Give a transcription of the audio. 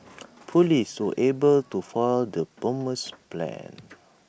Police were able to foil the bomber's plans